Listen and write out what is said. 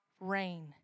rain